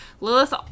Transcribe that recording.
Lilith